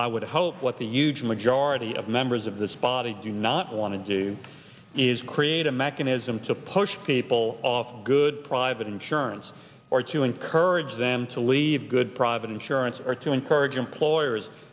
i would hope what the huge majority of members of this body do not want to do is create a mechanism to push people off good private insurance or to encourage them to leave good private insurance or to encourage employers